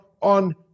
on